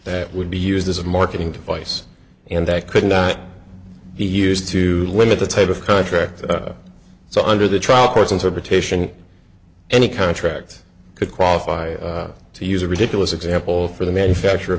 that would be used as a marketing device and that could not be used to limit the type of contract so under the trial court's interpretation any contract could qualify to use a ridiculous example for the manufacture of